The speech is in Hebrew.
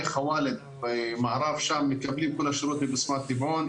חוואל מערב שם מקבלים כל השירות מבשמת טבעון,